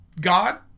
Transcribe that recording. God